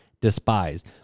despised